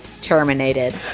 terminated